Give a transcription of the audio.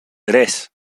tres